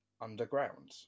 underground